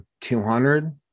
200